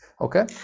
okay